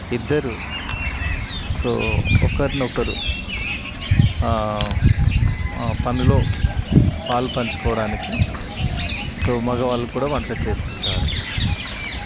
ఇద్దరూ సో ఒకరినొకరు పనిలో పాలుపంచుకోవడానికి సో మగవాళ్ళు కూడా వంట చేస్తుంటారు